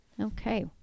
Okay